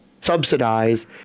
subsidize